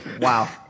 Wow